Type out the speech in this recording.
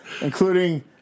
Including